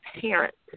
parents